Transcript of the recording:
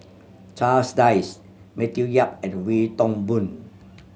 Charles Dyce Matthew Yap and Wee Toon Boon